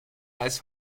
als